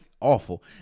awful